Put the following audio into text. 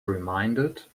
reminded